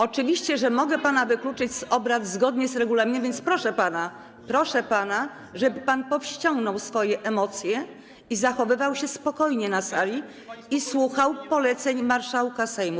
Oczywiście, że mogę pana wykluczyć z obrad zgodnie z regulaminem, więc proszę pana, żeby pan powściągnął swoje emocje i zachowywał się spokojnie na sali, i słuchał poleceń marszałka Sejmu.